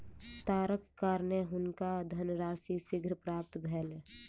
तारक कारणेँ हुनका धनराशि शीघ्र प्राप्त भेल